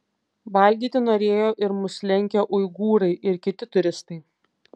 valgyti norėjo ir mus lenkę uigūrai ir kiti turistai